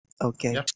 Okay